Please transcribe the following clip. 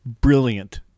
brilliant